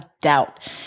doubt